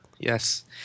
Yes